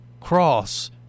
cross